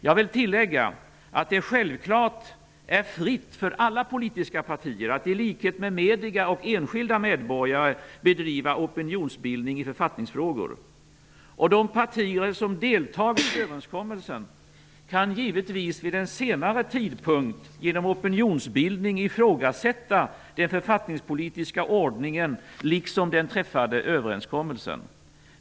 Jag vill tillägga att det självklart är fritt för alla politiska partier att i likhet med media och enskilda medborgare bedriva opinionsbildning i författningsfrågor. De partier som deltagit i överenskommelsen kan givetvis vid en senare tidpunkt genom opinionsbildning ifrågasätta den författningspolitiska ordningen, liksom den träffade överenskommelsen.